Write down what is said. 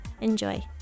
Enjoy